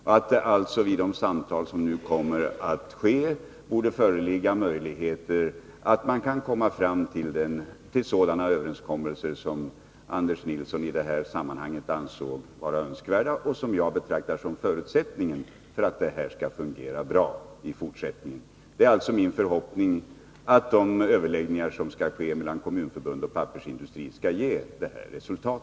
Det borde alltså vid de samtal som skall komma till stånd föreligga möjligheter att komma fram tillsådana överenskommelser som Anders Nilsson i detta sammanhang ansåg vara önskvärda, och som jag betraktar som förutsättningen för att detta skall fungera bra i fortsättningen. Det är alltså min förhoppning att de överläggningar som skall ske mellan Kommunförbundet och pappersindustrin skall ge detta resultat.